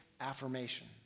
affirmation